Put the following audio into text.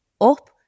up